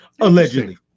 Allegedly